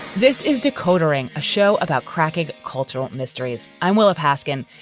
this is decoder ring, a show about cracking cultural mysteries. i'm willa paskin.